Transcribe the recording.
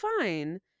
fine